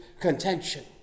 contention